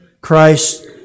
Christ